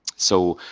so,